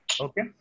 Okay